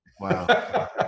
Wow